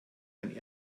den